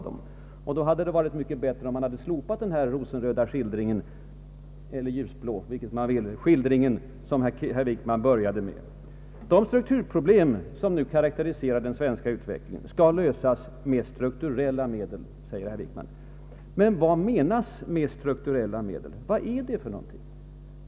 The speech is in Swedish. Det hade då varit bättre om han slopat den rosenröda skildring — eller ljusblå, vilket man vill — som han började med. De strukturproblem som nu karakte Ang. den ekonomiska politiken, m.m. riserar den svenska utvecklingen skall lösas med strukturella medel, säger herr Wickman. Men vad menas med strukturella medel?